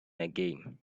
again